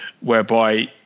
whereby